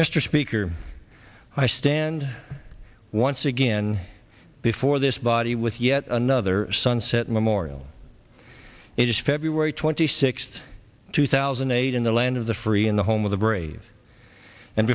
mr speaker i stand once again before this body with yet another sunset memorial it is february twenty sixth two thousand and eight in the land of the free in the home of the brave and